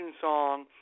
song